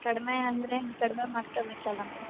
ಕಡಿಮೆ ಅಂದರೆ ಕಡಿಮೆ ಮಾಡ್ತಾ ಮೇಡಮ್